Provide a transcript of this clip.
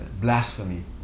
blasphemy